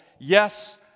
Yes